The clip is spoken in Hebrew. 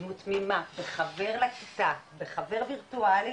בדמות תמימה של חבר לכיתה וחבר וירטואלי